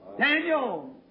Daniel